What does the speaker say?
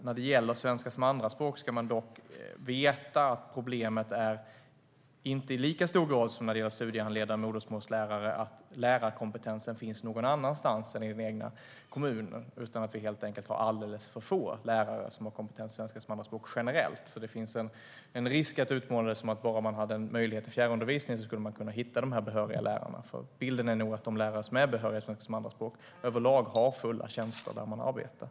När det gäller svenska som andraspråk ska man dock veta att problemet inte i lika hög grad som när det gäller studiehandledning och modersmål är att lärarkompetensen finns någon annanstans än i den egna kommunen, utan problemet är att vi generellt har alldeles för få lärare som har kompetens i svenska som andraspråk. Det finns en risk med att utmåla det som om man skulle kunna hitta dessa behöriga lärare bara man hade möjlighet till fjärrundervisning, för bilden är nog att de lärare som är behöriga i svenska som andraspråk överlag har fulla tjänster där de arbetar.